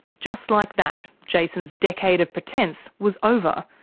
just like that, jason's decade of pretence was over,